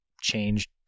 changed